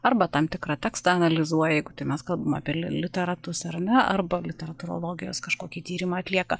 arba tam tikrą tekstą analizuoja jeigu tai mes kalbam apie li literatus ar ne arba literatūrologijos kažkokį tyrimą atlieka